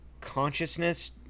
consciousness